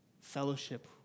fellowship